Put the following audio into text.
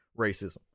racism